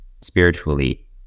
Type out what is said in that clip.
spiritually